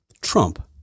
Trump